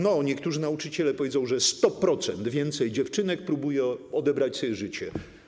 Niektórzy nauczyciele powiedzą, że 100% więcej dziewczynek próbuje odebrać sobie życie.